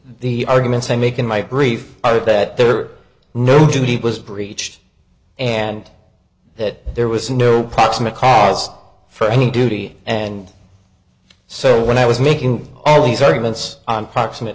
the arguments i make in my brief are that there are no duty was breached and that there was no proximate cause for any duty and so when i was making all these arguments on proximate